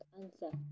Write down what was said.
answer